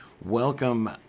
welcome